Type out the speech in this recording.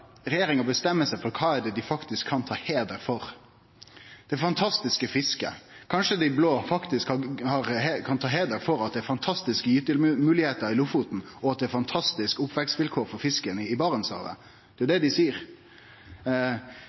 regjeringa bestemme seg for kva dei faktisk kan ta heider for. Er det det fantastiske fisket? Kanskje dei blå faktisk kan ta heider for at det er fantastiske gytemoglegheiter i Lofoten, og at det er fantastiske oppvekstvilkår for fisken i Barentshavet? – Det er det dei seier.